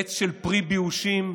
עץ של פרי ביאושים?